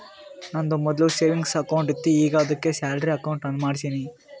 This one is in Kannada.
ನಂದು ಮೊದ್ಲು ಸೆವಿಂಗ್ಸ್ ಅಕೌಂಟ್ ಇತ್ತು ಈಗ ಆದ್ದುಕೆ ಸ್ಯಾಲರಿ ಅಕೌಂಟ್ ಮಾಡ್ಸಿನಿ